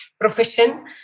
profession